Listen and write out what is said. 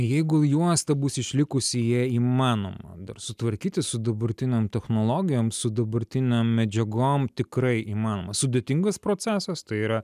jeigu juosta bus išlikusi ją įmanoma dar sutvarkyti su dabartinėm technologijom su dabartinėm medžiagom tikrai įmanoma sudėtingas procesas tai yra